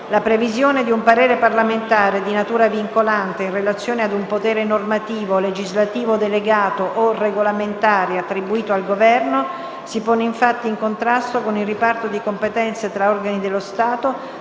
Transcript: La previsione di un parere parlamentare di natura vincolante in relazione ad un potere normativo, legislativo delegato o regolamentare attribuito al Governo si pone, infatti, in contrasto con il riparto di competenze tra organi dello Stato